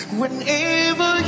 whenever